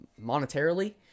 monetarily